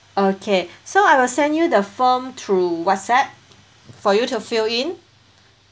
okay so I will send you the form through whatsapp for you to fill in